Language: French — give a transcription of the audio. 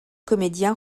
comédien